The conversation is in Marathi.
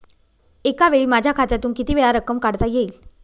एकावेळी माझ्या खात्यातून कितीवेळा रक्कम काढता येईल?